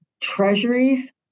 treasuries